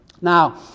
Now